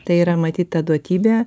tai yra matyt ta duotybė